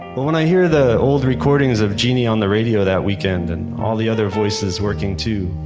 when i hear the old recordings of genie on the radio that weekend and all the other voices working too,